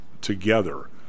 together